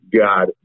god